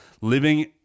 Living